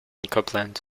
copland